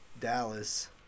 Dallas